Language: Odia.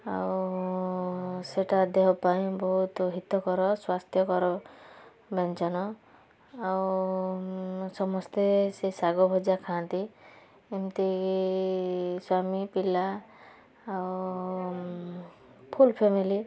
ଆଉ ସେଇଟା ଦେହ ପାଇଁ ବହୁତ ହିତକର ସ୍ୱାସ୍ଥକର ବ୍ୟଞ୍ଜନ ଆଉ ସମସ୍ତେ ସେ ଶାଗ ଭଜା ଖାଆନ୍ତି ଏମିତି ସ୍ୱାମୀ ପିଲା ଆଉ ଫୁଲ ଫ୍ୟାମିଲି